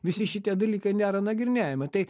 visi šitie dalykai nėra nagrinėjami tai